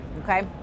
okay